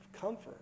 comfort